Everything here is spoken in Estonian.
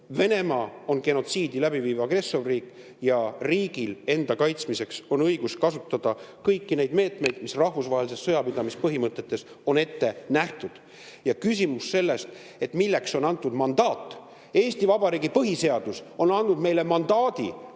Venemaa on genotsiidi läbi viiv agressorriik ja riigil on enda kaitsmiseks õigus kasutada kõiki meetmeid, mis rahvusvahelistes sõjapidamispõhimõtetes on ette nähtud. Nüüd küsimus sellest, milleks on antud mandaat. Eesti Vabariigi põhiseadus on andnud meile mandaadi,